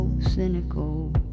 Cynical